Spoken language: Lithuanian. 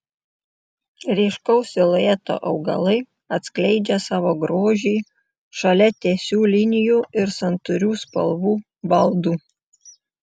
ryškaus silueto augalai atskleidžia savo grožį šalia tiesių linijų ir santūrių spalvų baldų